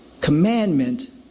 commandment